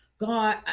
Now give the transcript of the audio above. God